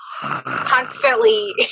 constantly